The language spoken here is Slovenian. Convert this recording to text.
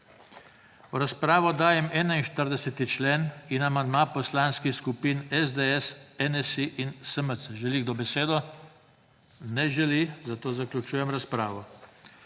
V razpravo dajem 41. člen ter amandma Poslanskih skupin SDS, NSi in SMC. Želi kdo besedo? (Ne želi.) Zaključujem razpravo.